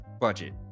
budget